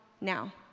now